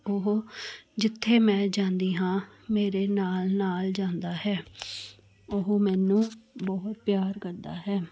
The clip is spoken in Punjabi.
ਉਹ ਜਿੱਥੇ ਮੈਂ ਜਾਂਦੀ ਹਾਂ ਮੇਰੇ ਨਾਲ ਨਾਲ ਜਾਂਦਾ ਹੈ ਉਹ ਮੈਨੂੰ ਬਹੁਤ ਪਿਆਰ ਕਰਦਾ ਹੈ